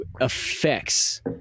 affects